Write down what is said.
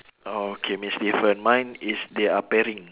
oh okay means different mine is they are pairing